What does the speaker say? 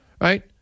Right